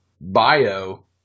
bio